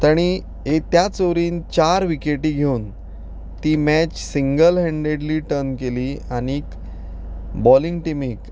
ताणें एक त्याच ओवरीन चार विकेटी घेवन ती मॅच सिंगल हॅन्डेडली टर्न केली आनी बॉलिंग टिमीक